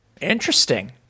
interesting